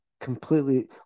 completely